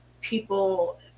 people